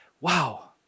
Wow